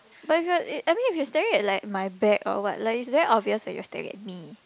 but if you are I I mean if you staring at like my back or what like it's damn obvious that you are staring at me